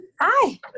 Hi